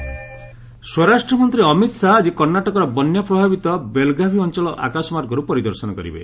Karnataka flood ସ୍ୱରାଷ୍ଟ୍ର ମନ୍ତ୍ରୀ ଅମିତ୍ ଶାହା ଆଜି କର୍ଷ୍ଣାଟକର ବନ୍ୟା ପ୍ରଭାବିତ ବେଲ୍ଗାଭି ଅଞ୍ଚଳ ଆକାଶମାର୍ଗରୁ ପରିଦର୍ଶନ କରିବେ